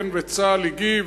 כן, וצה"ל הגיב,